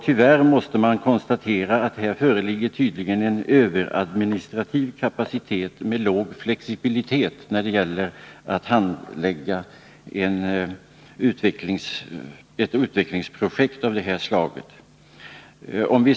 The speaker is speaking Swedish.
Tyvärr måste man konstatera att det tydligen föreligger en överadministrativ kapacitet med låg flexibilitet när det gäller att handlägga ett utvecklingsprojekt av det här slaget.